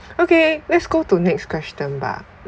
okay let's go to next question bah